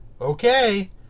okay